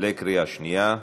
קריאה שנייה.